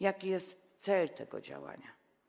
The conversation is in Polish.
Jaki jest cel tego działania?